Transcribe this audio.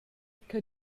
che